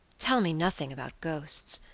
tell me nothing about ghosts.